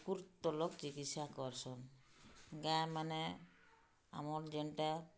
କୁକୁର୍ତକ୍ ଲୋକ୍ ଚିକିତ୍ସା ଗାଏମାନେ ଆମର୍ ଯେନ୍ଟା